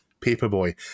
Paperboy